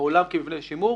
לעולם כמבנה לשימור.